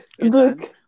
Look